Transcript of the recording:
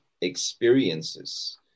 experiences